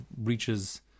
reaches